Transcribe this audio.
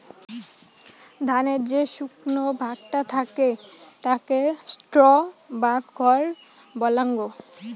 ধানের যে শুকনো ভাগটা থাকে তাকে স্ট্র বা খড় বলাঙ্গ